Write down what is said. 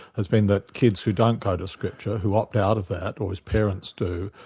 has been that kids who don't go to scripture, who opt out of that, or whose parents do,